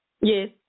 Yes